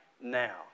now